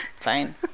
fine